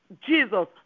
Jesus